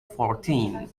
fourteen